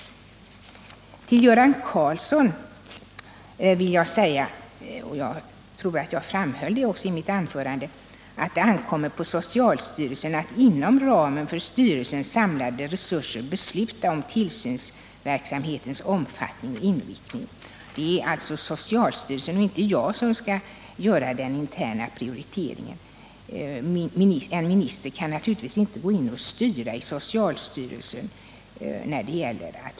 Till Göran Karlsson vill jag säga — och jag framhöll det också i mitt förra anförande — att det ankommer på socialstyrelsen att inom ramen för styrelsens samlade resurser besluta om tillsynsverksamhetens omfattning och inriktning. Det är alltså socialstyrelsen och inte jag som skall göra den interna prioriteringen.